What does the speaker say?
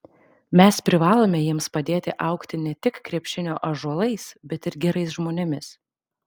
mes privalome jiems padėti augti ne tik krepšinio ąžuolais bet ir gerais žmonėmis